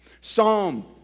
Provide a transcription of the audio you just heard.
Psalm